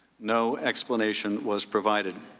no explanation was provided.